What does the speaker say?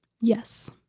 Yes